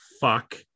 fuck